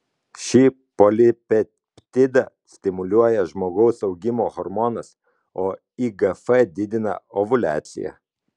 šį polipeptidą stimuliuoja žmogaus augimo hormonas o igf didina ovuliaciją